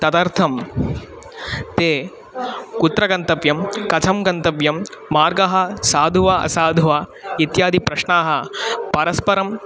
तदर्थं ते कुत्र गन्तव्यं कथं गन्तव्यं मार्गः साधुः वा असाधुः वा इत्यादि प्रश्नाः परस्परम्